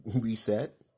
reset